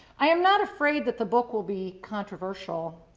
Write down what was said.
i am not afraid that the book will be controversial,